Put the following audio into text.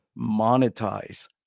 monetize